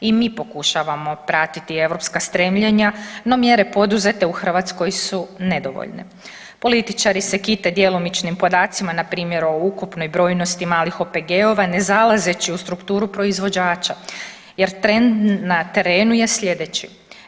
I mi pokušavamo pratiti europska stremljenja, no mjere poduzete u Hrvatskoj su nedovoljne, političari se kite djelomičnim podacima na primjeru o ukupnoj brojnosti malih OPG-ova ne zalazeći u strukturu proizvođača jer trend na terenu je slijedeći.